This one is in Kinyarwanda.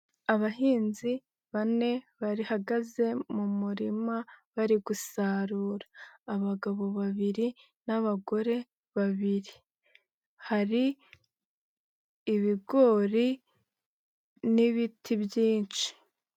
Abahinzi bane bahagaze mu murima bari gusarura, abagabo babiri n'abagore babiri, hari ibigori n'ibiti byinshi.